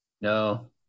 No